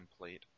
template